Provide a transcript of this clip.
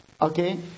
okay